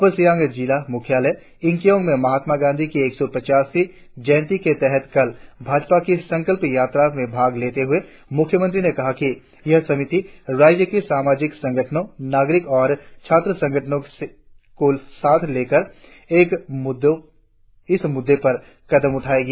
अपर सियांग जिला मुख्यालय यिंगकियंग में महात्मा गांधी की एक सौ पचास वी जंयती के तहत कल भाजपा की संकल्प यात्रा में भाग लेते हुए मुख्यमंत्री ने कहा कि यह समिति राज्य के सामाजिक संगठनो नागरिक और छात्र संगठनो को साथ लेकर इस मुद्दे पर कदम उठाएगी